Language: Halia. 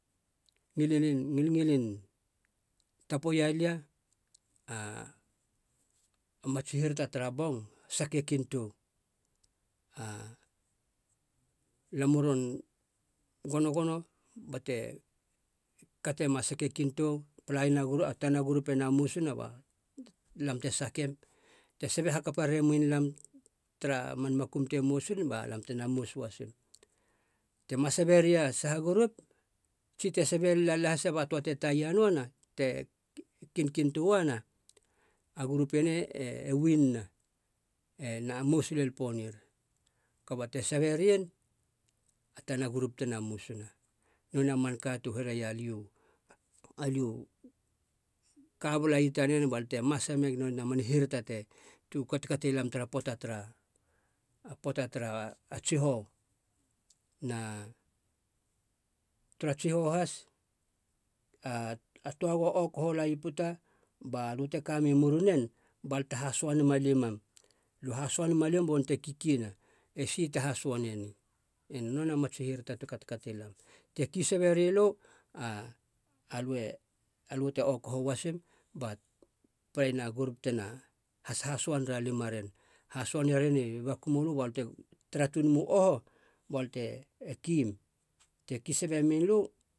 ngilngilin tapo ialia a mats hirata tara bong, sake kintou. A lam u ron gono bate katema sake kintou palaina taina gurup ena mousina ba lam te sakem, te sabe hakapa ramoen lam tara man makum te mois rien ba lam tena mous uasim. Tema sabe ria saha gurup tsi te sebe lila lahisa ba töa te taia nöana te kinkin toana, a gurup eni e uinina, ena mous lel po nir, kaba te saberian a tana gurup tena mousina. Nonei a manka tu hereia liu, a liu ka balai tanen balte masa meg nonei a man hirata te, tu katkati lam tara poata tara poata tara tsihou na tara tsihou has, a toa go okoho lai puta balö te kami murunen balö te hasua nem a limam lö hasua nem a limam bon nonei te kikiena esi te hasua neni, ena nonei a mats hirata tu katkati lam te ki sabe rilö, alö te okoho uasem ba palai na gurup tena hashasua ner a lima ren, hasua neren i baku mölö balö te tara tununemu oho bal te kim, te ki sabe mien.